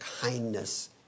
kindness